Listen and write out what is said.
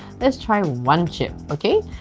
let's try one chip okay.